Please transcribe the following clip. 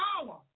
power